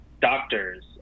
doctors